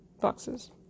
boxes